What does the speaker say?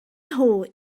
nhw